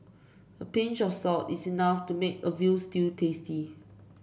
a pinch of salt is enough to make a veal stew tasty